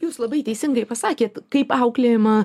jūs labai teisingai pasakėt kaip auklėjama